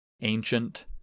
Ancient